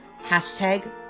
hashtag